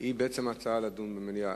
היא בעצם לדון במליאה.